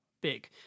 big